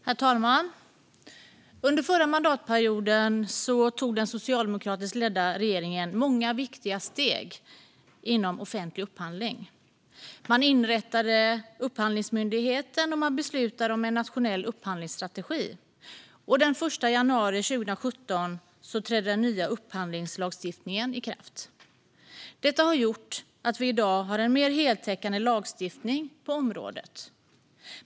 Herr talman! Under förra mandatperioden tog den socialdemokratiskt ledda regeringen många viktiga steg inom offentlig upphandling. Man inrättade Upphandlingsmyndigheten och beslutade om en nationell upphandlingsstrategi, och den 1 januari 2017 trädde den nya upphandlingslagstiftningen i kraft. Detta har gjort att vi i dag har en mer heltäckande lagstiftning på området.